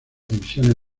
divisiones